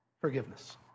forgiveness